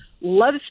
loves